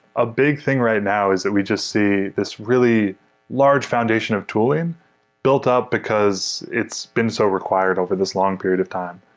a big thing right now is that we just see this really large foundation of tooling built up because it's been so required over this long period of time.